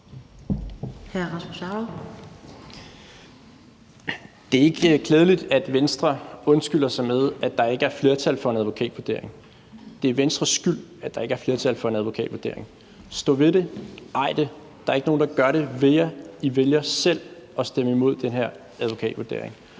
Det er ikke klædeligt, at Venstre undskylder sig med, at der ikke er flertal for en advokatvurdering. Det er Venstres skyld, at der ikke er flertal for en advokatvurdering. Stå ved det; ej det; der er ikke nogen, der gør det ved jer; I vælger selv at stemme imod den her advokatvurdering.